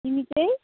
तिमी चाहिँ